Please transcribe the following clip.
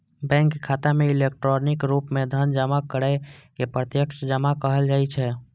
bank खाता मे electronic रूप मे धन जमा करै के प्रत्यक्ष जमा कहल जाइ छै